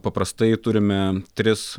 paprastai turime tris